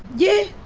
yeah,